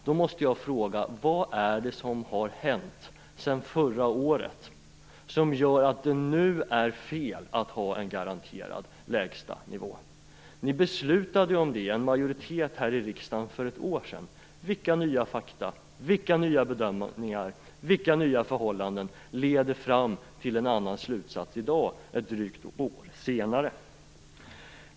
Då måste jag fråga: Vad är det som har hänt sedan förra året som gör att det nu är fel att ha en garanterad lägsta nivå? Ni beslutade ju om det för ett år sedan med en majoritet här i riksdagen. Vilka nya fakta, vilka nya bedömningar och vilka nya förhållanden leder fram till en annan slutsats i dag, drygt ett år senare?